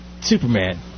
Superman